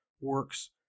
works